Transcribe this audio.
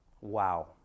Wow